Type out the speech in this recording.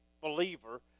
believer